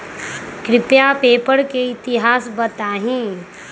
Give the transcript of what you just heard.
कृपया पेपर के इतिहास बताहीं